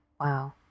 Wow